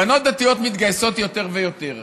בנות דתיות מתגייסות יותר ויותר.